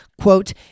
Quote